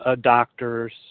doctors